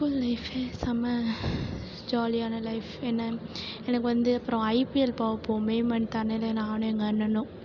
school லைஃபே செம்ம ஜாலியான லைஃப் என்ன எனக்கு வந்து அப்புறம் ஐபிஎல் பார்ப்போம் மே மந்த் ஆனாலே நானும் எங்கள் அண்ணனும்